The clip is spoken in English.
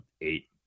eight